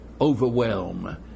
overwhelm